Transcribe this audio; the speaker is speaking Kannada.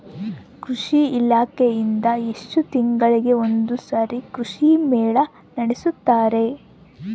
ಕೃಷಿ ಇಲಾಖೆಯಿಂದ ಎಷ್ಟು ತಿಂಗಳಿಗೆ ಒಂದುಸಾರಿ ಕೃಷಿ ಮೇಳ ನಡೆಸುತ್ತಾರೆ?